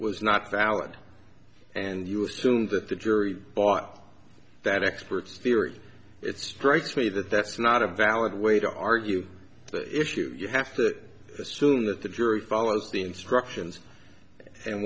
was not valid and you assume that the jury bought that expert's theory it's great for me that that's not a valid way to argue issues you have to assume that the jury follows the instructions and